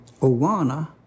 owana